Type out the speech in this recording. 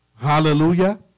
Hallelujah